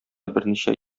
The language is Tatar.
берничә